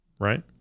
right